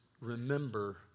remember